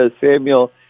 Samuel